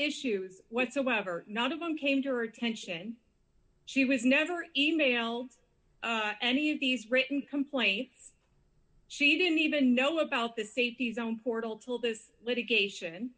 issues whatsoever none of them came to our attention she was never emailed any of these written complaints she didn't even know about the safety zone portal till this litigation